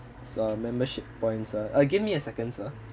so uh membership points sir uh give me a second sir